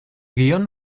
guion